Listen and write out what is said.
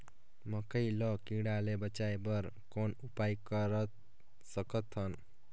मकई ल कीड़ा ले बचाय बर कौन उपाय कर सकत हन?